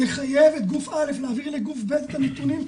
לחייב את גוף א' להעביר לגוף ב' את הנתונים,